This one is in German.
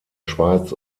schweiz